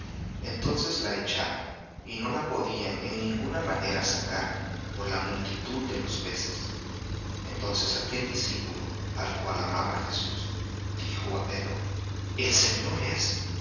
entonces la echaron y no la podían en ninguna manera sacar por la multitud de los peces entonces aquel discípulo al cual amaba jesús dijo á pedro el señor es